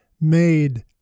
made